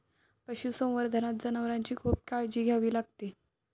पशुसंवर्धनात जनावरांची खूप काळजी घ्यावी लागते